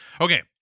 Okay